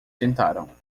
tentaram